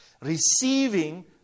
receiving